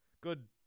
Good